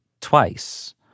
twice